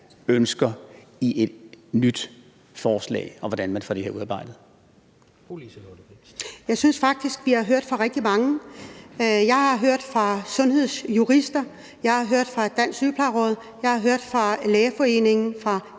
Liselott Blixt. Kl. 13:37 Liselott Blixt (DF): Jeg synes faktisk, vi har hørt fra rigtig mange. Jeg har hørt fra sundhedsjurister, jeg har hørt fra Dansk Sygeplejeråd, jeg har hørt fra Lægeforeningen, fra